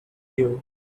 you